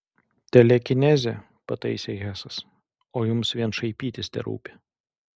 telekinezė pataisė hesas o jums vien šaipytis terūpi